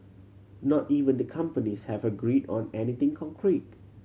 not even the companies have agreed on anything concrete